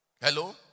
Hello